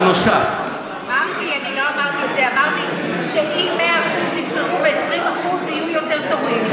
אמרתי שאם 100% יבחרו ב-20%, יהיו יותר תורים.